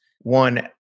One